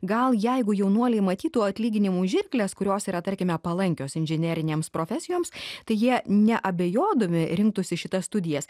gal jeigu jaunuoliai matytų atlyginimų žirkles kurios yra tarkime palankios inžinerinėms profesijoms tai jie neabejodami rinktųsi šitas studijas